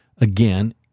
again